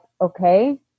Okay